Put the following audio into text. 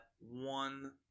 one